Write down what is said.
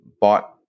bought